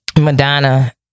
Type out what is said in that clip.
Madonna